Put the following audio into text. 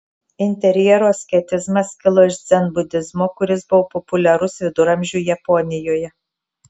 interjero asketizmas kilo iš dzenbudizmo kuris buvo populiarus viduramžių japonijoje